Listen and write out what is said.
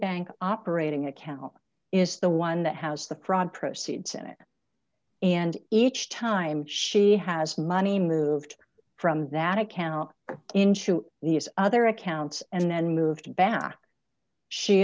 citibank operating a cow is the one that house the fraud proceeds in it and each time she has money moved from that account into these other accounts and then moved back she